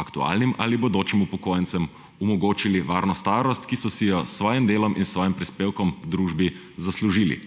aktualnim ali bodočim upokojencem, omogočili varno starost, ki so si jo s svojim delom in s svojim prispevkom v družbi zaslužili.